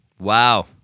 Wow